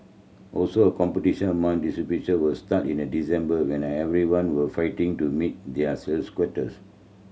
also a competition among distributor will start in December when everyone will fighting to meet their sales quotas